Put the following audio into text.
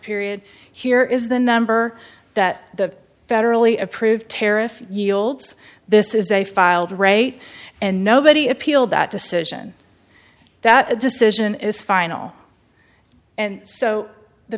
period here is the number that the federally approved tariff yields this is a filed rate and nobody appealed that decision that a decision is final and so the